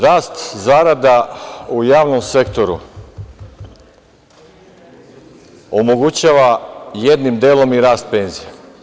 Rast zarada u javnom sektoru omogućava jednim delom i rast penzija.